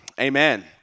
Amen